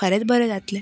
खरेंच बरें जातलें